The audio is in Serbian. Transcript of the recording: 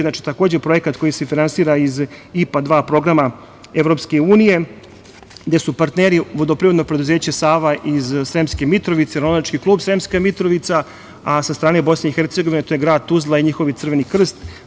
Znači, projekat koji se finansira iz IPA dva programa EU, gde su partneri vodoprivredna preduzeća „Sava“, iz Sremske Mitrovice, ronilački klub Sremska Mitrovica, a sa strane BiH to je grad Tuzla i njihov Crveni Krst.